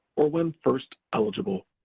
or when first eligible.